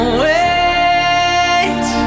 wait